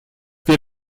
wir